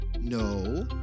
No